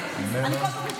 כן,